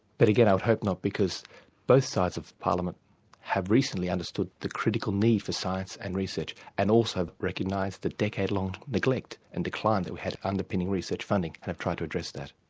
but again, i would hope not because both sides of parliament have recently understood the critical need for science and research and also recognised a decade-long neglect and decline that we had underpinning research funding and have tried to address that.